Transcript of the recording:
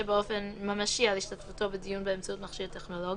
באופן ממשי על השתתפותו בדיון באמצעות מכשיר טכנולוגי,